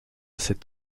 sept